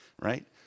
right